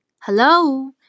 Hello